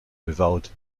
without